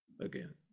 again